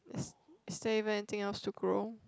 is is there even anything else to grow